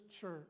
church